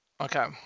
Okay